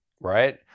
right